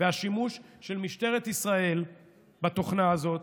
השימוש של משטרת ישראל בתוכנה הזאת